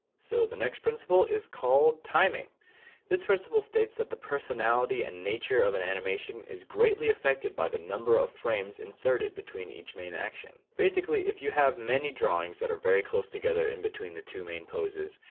so the next principle is called timing this principle states that the personality and nature of an animation is greatly affected by the number of frames inserted between each main action. basically if you have many drawings that are very close together in between the two main poses,